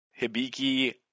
Hibiki